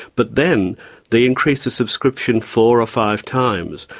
but then they increase the subscription four or five times.